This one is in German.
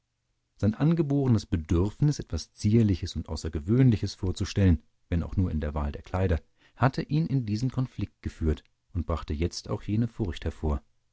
sein angebotenes bedürfnis etwas zierliches und außergewöhnliches vorzustellen wenn auch nur in der wahl der kleider hatte ihn in diesen konflikt geführt und brachte jetzt auch jene furcht hervor